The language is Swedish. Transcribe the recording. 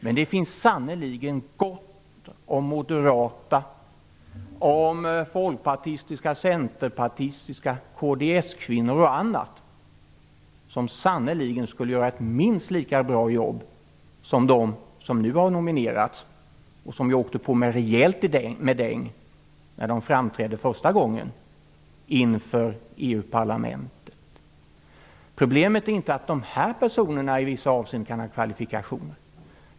Men det finns sannerligen gott om moderata, folkpartistiska, centerpartistiska, kristdemokratiska osv. kvinnor som sannerligen skulle göra ett minst lika bra jobb som de som nu har nominerats och som åkte på rejält med däng när de framträdde första gången inför EU-parlamentet. Problemet är inte att de här personerna i vissa avseenden kan ha kvalifikationer.